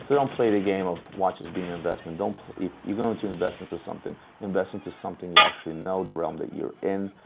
don't play the game of watches being an investment. don't if you're going to invest into something, invest into something you actually know, the realm that you're in,